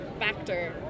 factor